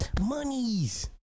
monies